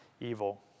evil